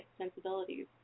sensibilities